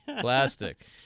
Plastic